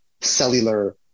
cellular